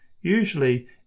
Usually